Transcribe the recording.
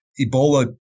Ebola